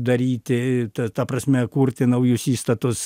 daryti ta ta prasme kurti naujus įstatus